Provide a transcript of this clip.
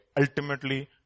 Ultimately